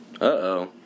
Uh-oh